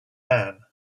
man